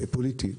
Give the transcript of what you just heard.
פוליטי.